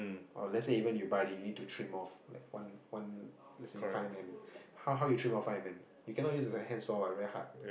or let's say you even you buy already you need to trim off like one one let's say five M M how how you trim off five M_M you cannot use the handsaw what very hard